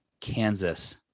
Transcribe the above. Kansas